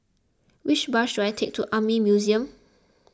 which bus should I take to Army Museum